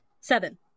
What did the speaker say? Seven